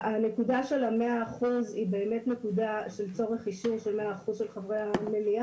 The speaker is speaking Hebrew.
הנקודה של הצורך באישור של 100 אחוזים חברי המועצה